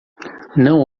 não